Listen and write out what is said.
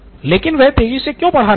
लेकिन वह तेजी से क्यों पढ़ा रही है